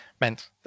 meant